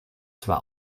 zwar